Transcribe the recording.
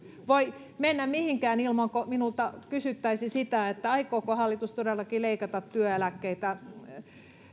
voi mennä mihinkään ilman että minulta kysyttäisiin sitä että aikooko hallitus todellakin leikata työeläkkeitä